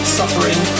suffering